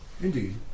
Indeed